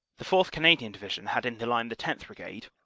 the fourth. canadian division had in the line the tenth. bri gade,